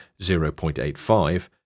0.85